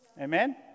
Amen